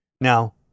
Now